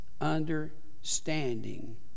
understanding